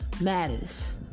matters